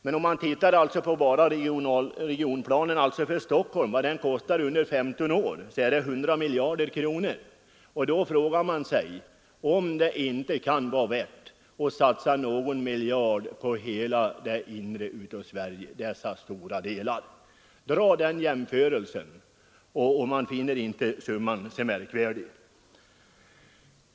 Men om man jämför med att regionplanen för Stockholm under 15 år kommer att kosta 100 miljarder, frågar man sig om det inte kan vara rimligt att satsa någon miljard på hela det inre Sverige. Gör den jämförelsen, och man finner inte summan så märkvärdig!